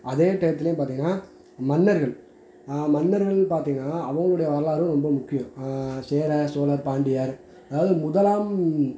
அதே டையத்துலேயும் பார்த்தீங்கன்னா மன்னர்கள் மன்னர்கள் பார்த்தீங்கன்னா அவர்களுடைய வரலாறும் ரொம்ப முக்கியம் சேரர் சோழர் பாண்டியர் அதாவது முதலாம்